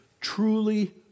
truly